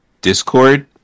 Discord